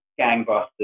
gangbusters